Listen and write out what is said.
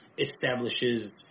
establishes